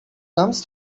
comes